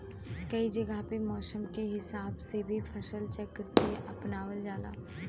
कई जगह पे मौसम के हिसाब से भी फसल चक्र के अपनावल जाला